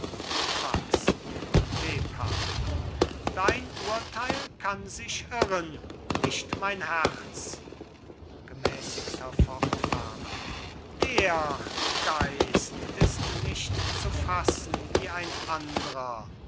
max lebhaft dein urteil kann sich irren nicht mein herz gemäßigter fortfahrend der geist ist nicht zu fassen wie ein andrer